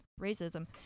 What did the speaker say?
racism